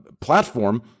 platform